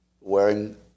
wearing